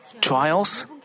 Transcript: trials